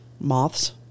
moths